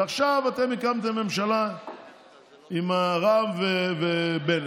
ועכשיו אתם הקמתם עם רע"מ ומרצ.